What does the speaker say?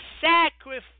sacrifice